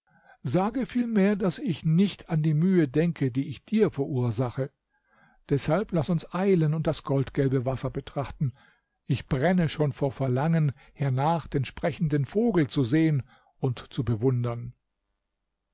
sage vielmehr daß ich nicht an die mühe denke die ich dir verursache deshalb laß uns eilen und das goldgelbe wasser betrachten ich brenne schon vor verlangen hernach den sprechenden vogel zu sehen und zu bewundern